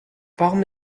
warum